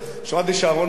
שמעתי שאהרן ברק,